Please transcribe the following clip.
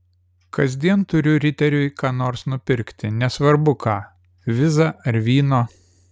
kasdien turiu riteriui ką nors nupirkti nesvarbu ką vizą ar vyno